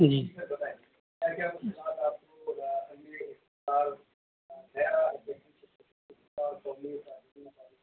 جی